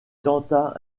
tenta